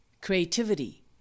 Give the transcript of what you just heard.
creativity